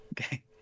Okay